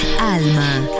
Alma